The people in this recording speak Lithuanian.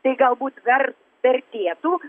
tai galbūt dar vertėtų